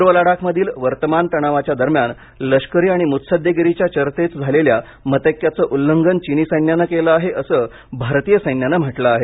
पूर्व लडाखमधील वर्तमान तणावाच्या दरम्यान लष्करी आणि मुत्सद्वेगिरीच्या चर्चेत झालेल्या मतैक्याचं उल्लंघन चिनी सैन्यानं केलं आहे असं भारतीय सैन्यानं म्हटलं आहे